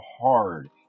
hard